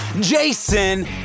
Jason